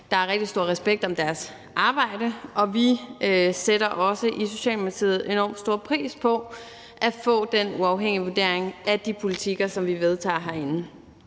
Der er rigtig stor respekt om deres arbejde, og vi sætter også i Socialdemokratiet enormt stor pris på at få den uafhængige vurdering af den politik, som vi vedtager herinde.